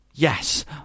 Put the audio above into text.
Yes